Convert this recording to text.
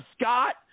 Scott